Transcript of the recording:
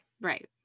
Right